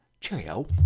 Cheerio